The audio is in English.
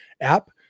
app